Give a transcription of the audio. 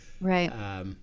Right